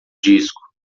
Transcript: disco